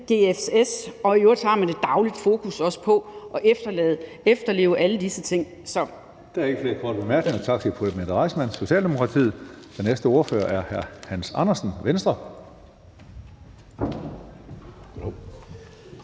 og at man i øvrigt også har et dagligt fokus på at efterleve alle disse ting.